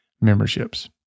memberships